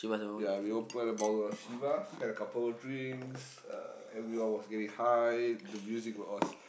ya we open a bottle of Chivas had a couple of drinks uh everyone was getting high the music was